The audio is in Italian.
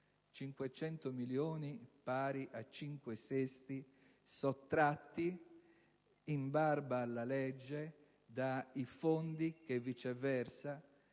500 milioni, pari a cinque sesti, sottratti - in barba alla legge - dai fondi che, viceversa,